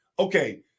okay